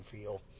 feel